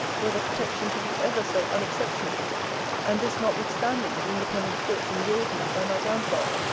were the protection to be ever so unexceptionable and this notwithstanding the independent fortune willed me by my grandfather.